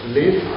live